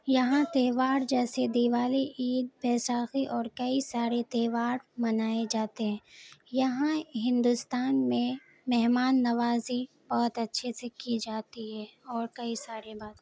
یہاں تہوار جیسے دیوالی عید بییساکھی اور کئی سارے تہوار منائے جاتے ہیں یہاں ہندوستان میں مہمان نوازی بہت اچھے سے کی جاتی ہے اور کئی سارے بات